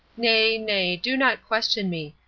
nay, nay, do not question me.